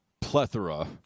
plethora